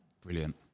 Brilliant